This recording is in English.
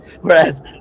Whereas